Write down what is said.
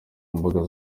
mbuga